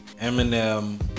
Eminem